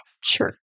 Sure